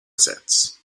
sets